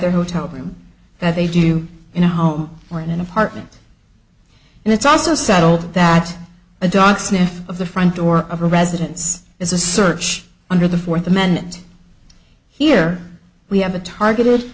their hotel room that they do in a home or in an apartment and it's also sad old that the dog sniff of the front door of a residence is a search under the fourth amendment here we have a target